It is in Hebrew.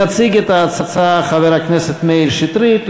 יציג את ההצעה חבר הכנסת מאיר שטרית,